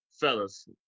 fellas